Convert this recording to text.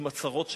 עם הצרות שלהם,